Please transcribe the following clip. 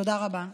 תודה רבה.